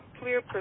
clear